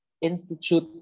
institute